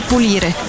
pulire